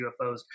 UFOs